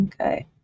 Okay